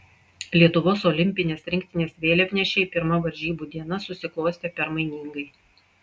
lietuvos olimpinės rinktinės vėliavnešei pirma varžybų diena susiklostė permainingai